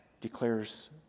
declares